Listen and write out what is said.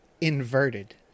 inverted